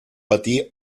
patir